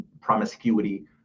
promiscuity